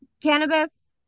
cannabis